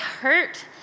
hurt